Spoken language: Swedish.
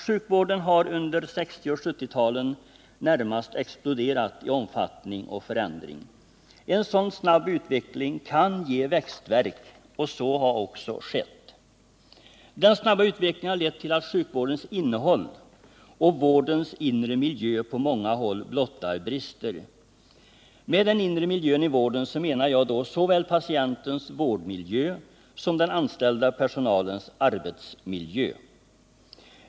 Sjukvården har under 1960 och 1970-talen närmast exploderat i omfattning och förändring. En sådan snabb utveckling kan ge växtvärk, och så har också skett. Den snabba utvecklingen har lett till att sjukvårdens innehåll och vårdens inre miljö på många håll blottar brister. Med den inre miljön i vården menar jag då såväl patientens vårdmiljö som den anställda personalens arbetsmiljö.